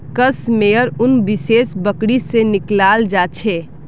कश मेयर उन विशेष बकरी से निकलाल जा छे